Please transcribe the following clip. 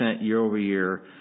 year-over-year